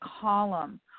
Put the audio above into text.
column